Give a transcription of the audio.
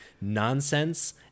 nonsense